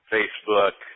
Facebook